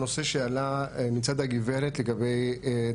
יש גם תוכנות חוקיות.